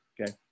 okay